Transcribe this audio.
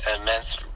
immense